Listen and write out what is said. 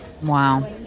Wow